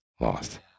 lost